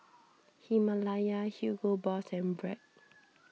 Himalaya Hugo Boss and Bragg